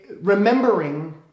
Remembering